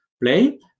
play